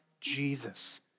Jesus